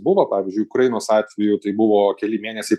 buvo pavyzdžiui ukrainos atveju tai buvo keli mėnesiai